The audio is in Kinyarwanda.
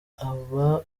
aba